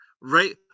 Right